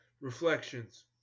Reflections